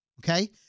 okay